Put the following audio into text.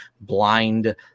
blind